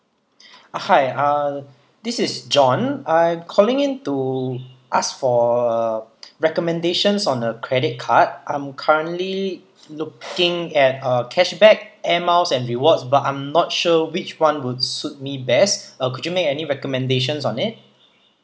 hi uh this is john I'm calling in to ask for uh recommendations on a credit card I'm currently looking at uh cashback air miles and rewards but I'm not sure which [one] would suit me best uh could you make any recommendations on it